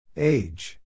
Age